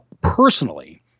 Personally